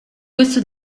questo